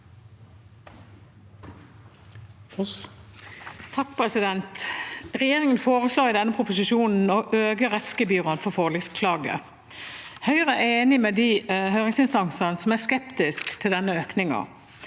(H) Regjeringen foreslår i denne proposisjonen å øke rettsgebyrene for forliksklage. Høyre er enig med de høringsinstansene som er skeptiske til denne økningen.